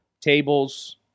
tables